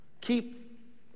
Keep